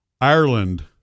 Ireland